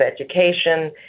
education